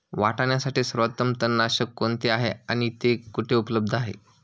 वाटाण्यासाठी सर्वोत्तम तणनाशक कोणते आहे आणि ते कुठे उपलब्ध आहे?